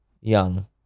young